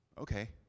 okay